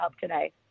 today